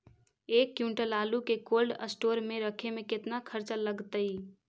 एक क्विंटल आलू के कोल्ड अस्टोर मे रखे मे केतना खरचा लगतइ?